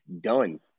done